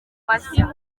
mashya